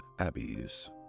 abbeys